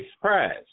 prize